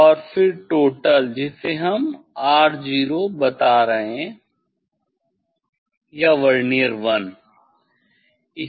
और फिर टोटल जिसे हम R0 बता रहे हैं या वर्नियर 1